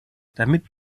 damit